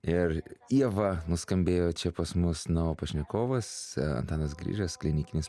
ir ieva nuskambėjo čia pas mus na o pašnekovas antanas grižas klinikinis